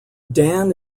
dan